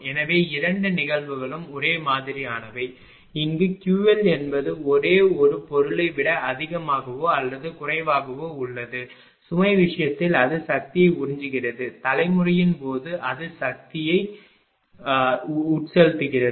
எனவே இரண்டு நிகழ்வுகளும் ஒரே மாதிரியானவை இங்கு QL என்பது ஒரே ஒரு பொருளை விட அதிகமாகவோ அல்லது குறைவாகவோ உள்ளது சுமை விஷயத்தில் அது சக்தியை உறிஞ்சுகிறது தலைமுறையின் போது அது சக்தியை உட்செலுத்துகிறது